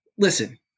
listen